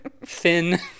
thin